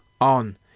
on